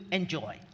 enjoy